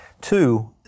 Two